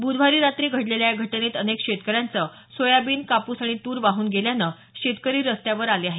बुधवारी रात्री घडलेल्या या घटनेत अनेक शेतकऱ्यांचं सोयाबीन कापूस आणि तूर वाहून गेल्यानं शेतकरी रस्त्यावर आले आहेत